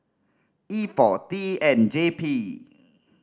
E four T N J P